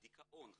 דיכאון,